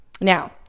Now